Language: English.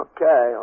Okay